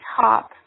top